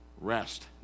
Rest